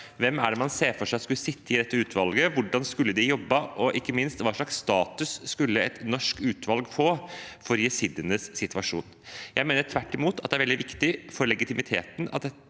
Hvem er det man ser for seg skulle sitte i dette utvalget? Hvordan skulle de jobbet? Og ikke minst: Hva slags status skulle et norsk utvalg få for jesidienes situasjon? Jeg mener tvert imot at det er veldig viktig for legitimiteten at det